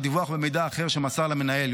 בדיווח או במידע אחר שמסר למנהל.